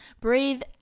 Breathe